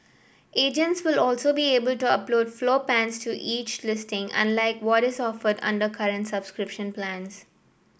agents will also be able to upload floor plans to each listing unlike what is offered under current subscription plans